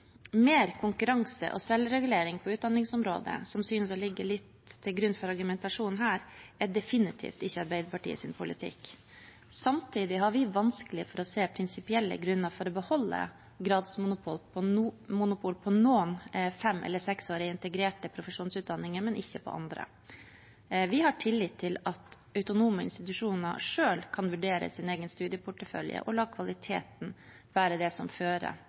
Mer konkurranse og selvregulering på utdanningsområdet, som synes å ligge litt til grunn for argumentasjonen her, er definitivt ikke Arbeiderpartiets politikk. Samtidig har vi vanskelig for å se prinsipielle grunner for å beholde gradsmonopol på noen fem- eller seksårige integrerte profesjonsutdanninger, men ikke på andre. Vi har tillit til at autonome institusjoner selv kan vurdere sin egen studieportefølje og la kvaliteten være det som fører